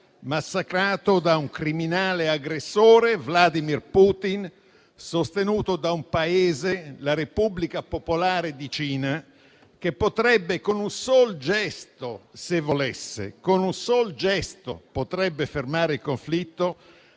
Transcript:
massacrato da un criminale aggressore, Vladimir Putin, sostenuto da un Paese, la Repubblica Popolare di Cina, che, se lo volesse, con un solo gesto - lo sottolineo - potrebbe fermare il conflitto,